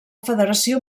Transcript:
federació